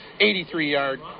83-yard